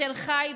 בתל חי,